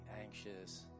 anxious